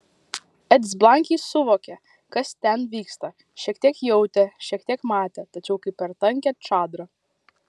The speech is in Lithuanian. edis blankiai suvokė kas ten vyksta šiek tiek jautė šiek tiek matė tačiau kaip per tankią čadrą